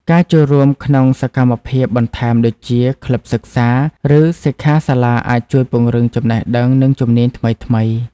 ការចូលរួមក្នុងសកម្មភាពបន្ថែមដូចជាក្លឹបសិក្សា ឬសិក្ខាសាលាអាចជួយពង្រឹងចំណេះដឹង និងជំនាញថ្មីៗ។